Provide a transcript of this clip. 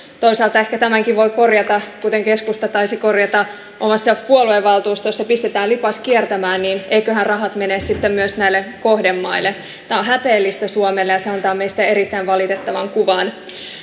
toisaalta ehkä tämänkin voi korjata kuten keskusta taisi korjata omassa puoluevaltuustossaan pistetään lipas kiertämään niin eivätköhän rahat mene sitten myös näille kohdemaille tämä on häpeällistä suomelle ja antaa meistä erittäin valitettavan kuvan